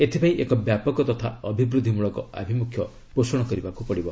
ଏଥିପାଇଁ ଏକ ବ୍ୟାପକ ତଥା ଅଭିବୃଦ୍ଧି ମୂଳକ ଆଭିମୁଖ୍ୟ ପୋଷଣ କରିବାକୁ ପଡିବ